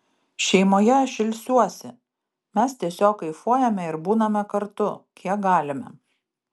šeimoje aš ilsiuosi mes tiesiog kaifuojame ir būname kartu kiek galime